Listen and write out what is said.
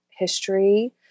history